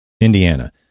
Indiana